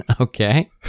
okay